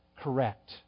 correct